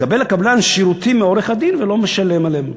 מקבל הקבלן שירותים מעורך-הדין ולא משלם עליהם,